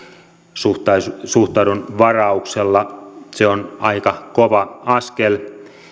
suhtaudun suhtaudun varauksella se on aika kova askel